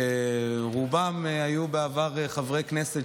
שרובם היו בעבר חברי כנסת,